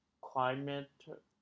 Climate